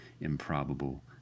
improbable